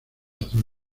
azul